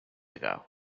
ago